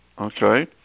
Okay